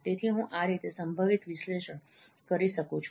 તેથી હું આ રીતે સંભવિત વિશ્લેષણ કરી શકું છું